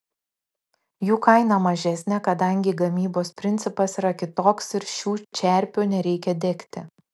jų kaina mažesnė kadangi gamybos principas yra kitoks ir šių čerpių nereikia degti